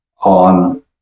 on